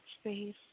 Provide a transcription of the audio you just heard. space